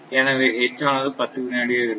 எனவே H ஆனது 10 வினாடியாக இருக்கும்